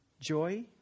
Joy